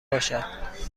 باشد